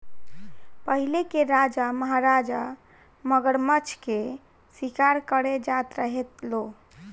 पहिले के राजा महाराजा मगरमच्छ के शिकार करे जात रहे लो